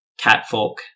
catfolk